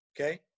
okay